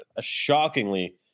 shockingly